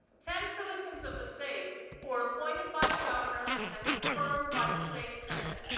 ten citizens of the state who are appointed by the governor and confirmed by the state senate.